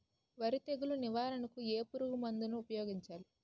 వరి తెగుల నివారణకు ఏ పురుగు మందు ను ఊపాయోగించలి?